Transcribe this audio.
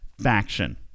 faction